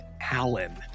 Alan